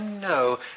No